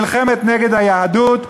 נלחמת נגד היהדות.